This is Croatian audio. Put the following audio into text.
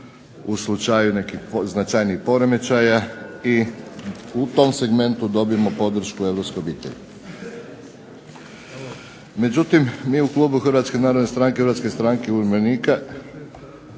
u slučaju nekih značajnijih poremećaja i u tom segmentu dobijemo podršku europske obitelji. Međutim mi u klubu Hrvatske narodne stranke, Hrvatske stranke umirovljenika